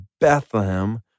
Bethlehem